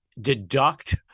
deduct